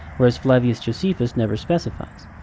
whereas flavius josephus never specifies.